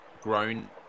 grown